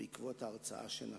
בעקבות ההרצאה שנתן.